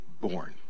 born